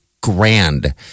grand